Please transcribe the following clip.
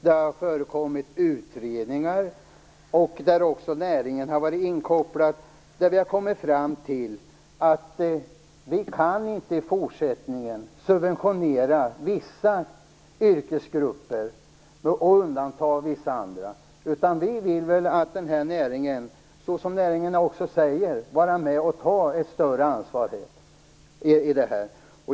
Det har förekommit utredningar, där också näringen har varit inkopplad och där vi kommit fram till att vi i fortsättningen inte kan subventionera vissa yrkesgrupper och undanta vissa andra. Vi vill att näringen, såsom man säger också från näringen, skall vara med och ta ett större ansvar.